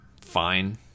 fine